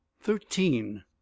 thirteen